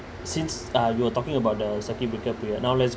since uh we were talking about the circuit breaker period now let's